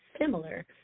similar